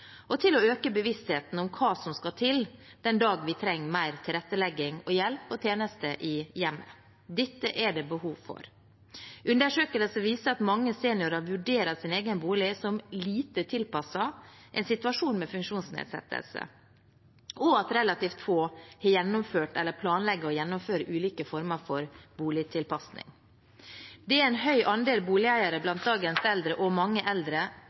og til å øke bevisstheten om hva som skal til den dagen vi trenger mer tilrettelegging og hjelp og tjenester i hjemmet. Dette er det behov for. Undersøkelser viser at mange seniorer vurderer sin egen bolig som lite tilpasset en situasjon med funksjonsnedsettelse, og at relativt få har gjennomført eller planlegger å gjennomføre ulike former for boligtilpasning. Det er en høy andel boligeiere blant dagens eldre, og mange eldre